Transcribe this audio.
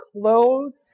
clothed